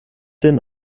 den